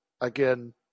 Again